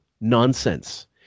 nonsense